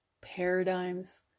paradigms